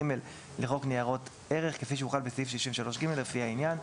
לחוק ניירות ערך כמי שהוחל בסעיף 63(ג) לפי העניין".